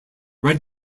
red